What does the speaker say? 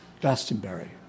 Glastonbury